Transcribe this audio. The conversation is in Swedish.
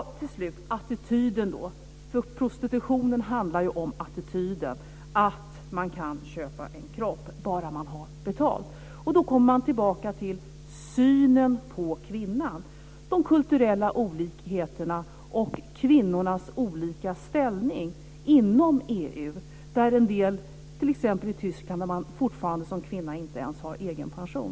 Till slut vill jag säga något om attityder. Prostitutionen handlar nämligen om attityder, att man kan köpa en kropp bara man betalar. Då kommer jag tillbaka till synen på kvinnan, de kulturella olikheterna och kvinnornas olika ställning inom EU. I Tyskland har kvinnorna t.ex. fortfarande inte ens egen pension.